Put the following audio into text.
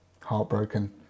heartbroken